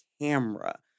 camera